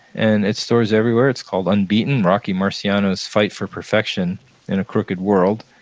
and at stores everywhere. it's called unbeaten rocky marciano's fight for perfection in a crooked world,